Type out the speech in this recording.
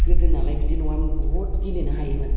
गोदोनालाय बिदि नङामोन बहुद गेलेनो हायोमोन